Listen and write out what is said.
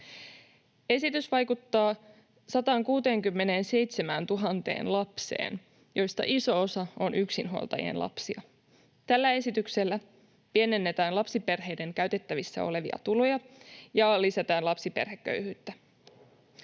Esitys vaikuttaa 167 000 lapseen, joista iso osa on yksinhuoltajien lapsia. Tällä esityksellä pienennetään lapsiperheiden käytettävissä olevia tuloja ja lisätään lapsiperheköyhyyttä.